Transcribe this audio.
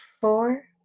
four